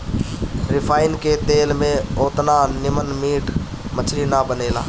refine के तेल में ओतना निमन मीट मछरी ना बनेला